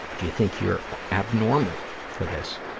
do you think you're abnormal for this?